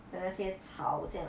的那些草这样